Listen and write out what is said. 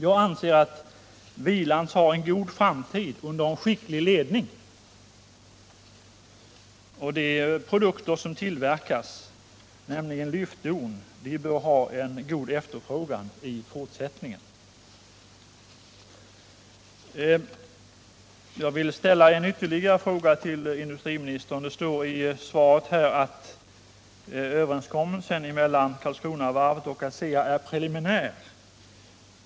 Jag anser att Hvilans har en god framtid under en skicklig ledning. De produkter som tillverkas, nämligen lyftdon, bör ha en god efterfrågan i fortsättningen. Jag vill ställa ytterligare en fråga till industriministern. Det står i svaret att överenskommelsen mellan Karlskronavarvet och ASEA är preliminär.